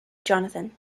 jonathan